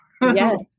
Yes